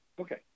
Okay